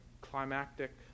climactic